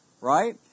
Right